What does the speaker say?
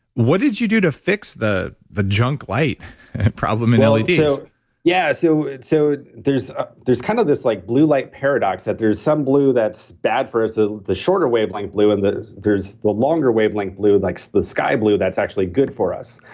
what did you do to fix the the junk light problem in leds? yeah. so, so there's ah there's kind of this like blue light paradox that there's some blue that's bad for us, the the shorter wavelength blue, and there's there's the longer wavelength blue, like the sky blue, that's actually good for us.